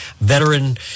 veteran